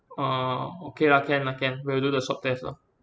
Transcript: orh okay lah can lah can we'll do the swab test lor